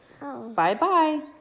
Bye-bye